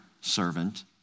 servant